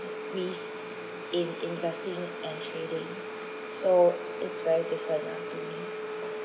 risk in investing and trading so it's very different lah to me